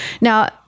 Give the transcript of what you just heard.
now